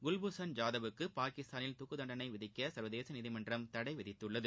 குல்பூஷன் ஜாதவுக்கு பாகிஸ்தானில் தூக்கு தண்டணை விதிக்க சர்வதேச நீதிமன்றம் தடை விதித்துள்ளது